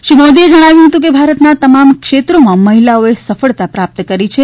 શ્રી મોદીએ જણાવ્યું હતું કે ભારતના તમામ ક્ષેત્રોમાં મહિલાઓએ સફળતા પ્રાપ્ત કરી છે